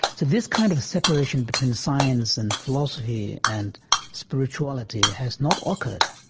so this kind of separation between science and philosophy and spirituality has not occurred